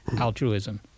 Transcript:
altruism